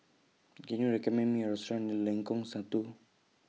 Can YOU recommend Me A Restaurant near Lengkong Satu